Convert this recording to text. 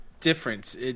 difference